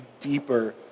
deeper